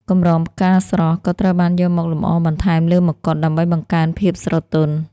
កម្រងផ្កាស្រស់ក៏ត្រូវបានយកមកលម្អបន្ថែមលើមកុដ ដើម្បីបង្កើនភាពស្រទន់។